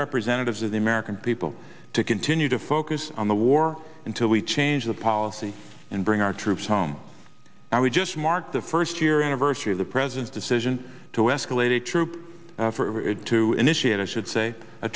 representatives of the american people to continue to focus on the war until we change the policy and bring our troops home and we just mark the first year anniversary of the president's decision to escalate troop for it to initiate i should say a